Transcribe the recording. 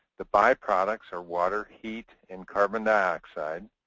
the by-products are water, heat, and carbon dioxide.